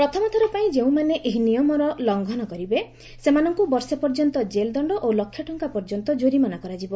ପ୍ରଥମ ଥର ପାଇଁ ଯେଉଁମାନେ ଏହି ନିୟମର ଲଙ୍ଘନ କରିବେ ସେମାନଙ୍କୁ ବର୍ଷେ ପର୍ଯ୍ୟନ୍ତ ଜେଲ୍ଦଣ୍ଡ ଓ ଲକ୍ଷେ ଟଙ୍କା ପର୍ଯ୍ୟନ୍ତ କୋରିମାନା କରାଯିବ